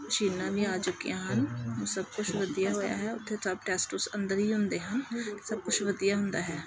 ਮਸ਼ੀਨਾਂ ਵੀ ਆ ਚੁੱਕੀਆਂ ਹਨ ਹੁਣ ਸਭ ਕੁਛ ਵਧੀਆ ਹੋਇਆ ਹੈ ਉੱਥੇ ਸਭ ਟੈਸਟ ਟੁਸਟ ਅੰਦਰ ਹੀ ਹੁੰਦੇ ਹਨ ਸਭ ਕੁਛ ਵਧੀਆ ਹੁੰਦਾ ਹੈ